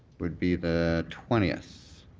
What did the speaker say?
would be the twentieth.